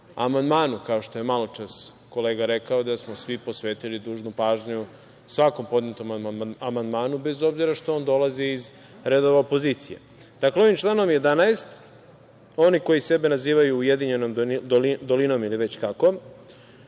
kao što je maločas kolega rekao da smo svi posvetili dužnu pažnju svakom podnetom amandmanu, bez obzira što on dolazi iz redova opozicije. Dakle, ovim članom 11. oni koji sebe nazivaju Ujedinjenom dolinom ili već kako,